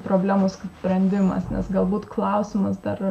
problemos sprendimas nes galbūt klausimas dar